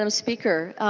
um speaker.